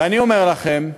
ואני אומר לכם שהיום,